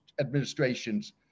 administrations